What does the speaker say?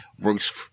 works